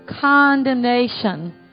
condemnation